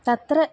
तत्र